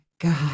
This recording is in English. God